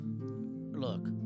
Look